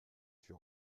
sur